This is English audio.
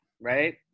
right